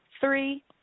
Three